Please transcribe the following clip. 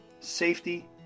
safety